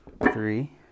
three